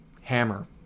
hammer